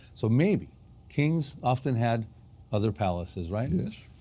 so, maybe kings often had other palaces right? yes.